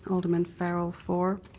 alderman farrell for,